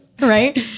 Right